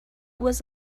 was